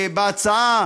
בהצעה,